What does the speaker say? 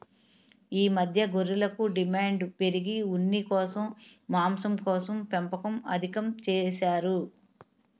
ఈ మధ్య గొర్రెలకు డిమాండు పెరిగి ఉన్నికోసం, మాంసంకోసం పెంపకం అధికం చేసారు